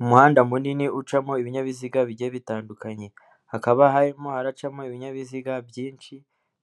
Umuhanda munini ucamo ibinyabiziga bigiye bitandukanye, hakaba harimo haracamo ibinyabiziga byinshi